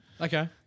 Okay